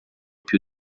più